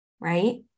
Right